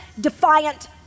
defiant